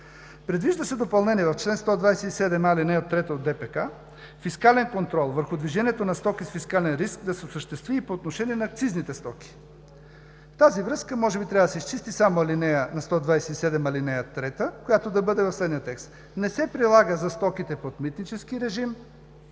Предвижда се допълнение в чл. 127а, ал. 3 от ДОПК фискален контрол върху движението на стоки с фискален риск да се осъществи и по отношение на акцизните стоки. В тази връзка може би трябва да се изчисти само ал. 3 на чл. 127, която да бъде със следния текст: не се прилага за стоките под митнически режим,